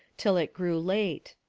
till it grew late.